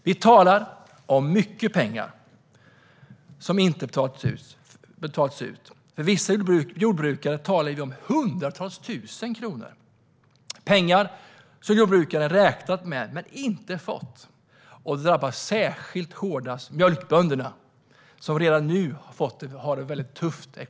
Vi talar om mycket pengar som inte har betalats ut. För vissa jordbrukare handlar det om hundratusentals kronor. Det är pengar som jordbrukarna har räknat med men inte har fått. Särskilt hårdast drabbas mjölkbönderna, som redan nu har det ekonomiskt väldigt tufft.